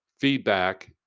feedback